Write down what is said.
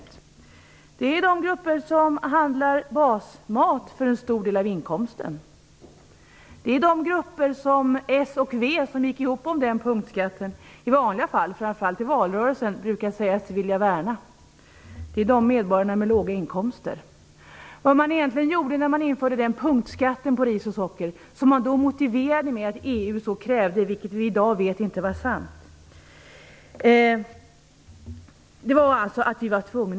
Det är de grupper som handlar basmat för en stor del av inkomsten. Det är de grupper som Socialdemokraterna och Vänsterpartiet, som gick ihop om denna punktskatt, i vanliga fall - och framför allt i valrörelsen - brukar säga sig vilja värna. Det är de medborgare som har låga inkomster. När man införde punktskatten på ris och socker motiverade man det med att EU så krävde - vilket vi i dag vet inte var sant.